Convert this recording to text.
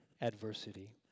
adversity